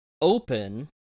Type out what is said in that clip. open